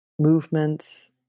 movements